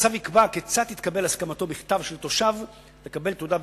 ייקבע בצו כיצד תתקבל הסכמה בכתב של תושב לקבל תעודה ביומטרית,